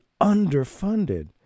underfunded